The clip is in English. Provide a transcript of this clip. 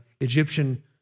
Egyptian